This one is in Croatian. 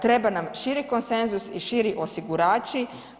Treba naš širi konsenzus i širi osigurači.